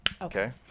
Okay